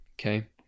okay